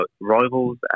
rivals